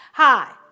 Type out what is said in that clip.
Hi